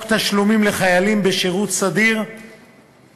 חוק תשלומים לחיילים בשירות סדיר (הגנה על תשלומים),